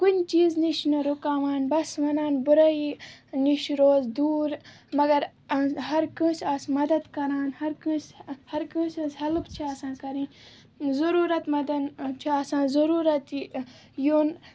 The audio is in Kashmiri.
کُنہِ چیٖزٕ نِش نہٕ رُکاوان بَس وَنان بُرٲیی نِش روز دوٗر مگر ہَر کٲنٛسہِ آس مَدد کَران ہَر کٲنٛسہِ ہَر کٲنٛسہِ ہٕنٛز ہیٚلٕپ چھِ آسان کَرٕنۍ ضٔروٗرَت مندَن چھِ آسان ضروٗرَت یہِ یُن